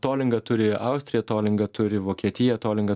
tolingą turi austrija tolingą turi vokietija tolingą